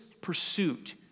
pursuit